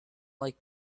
like